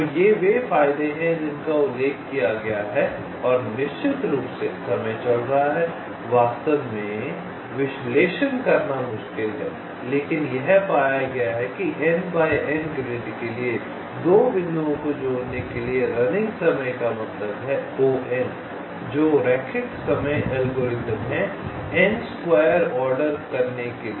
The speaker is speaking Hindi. तो ये वे फायदे हैं जिनका उल्लेख किया गया है और निश्चित रूप से समय चल रहा है वास्तव में विश्लेषण करना मुश्किल है लेकिन यह पाया गया है कि N से N ग्रिड के लिए 2 बिंदुओं को जोड़ने के लिए रनिंग समय का मतलब है जो रैखिक समय एल्गोरिथ्म है N स्क्वायर ऑर्डर करने के लिए